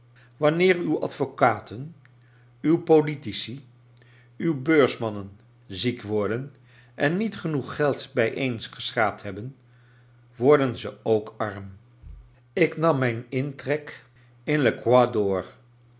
wanneer uw advocaten uw politici uw beursmannen ziek worden en niet genoeg geld bijeengeschraapt hebben worden ze ook arm ik nam mijn intrek in de door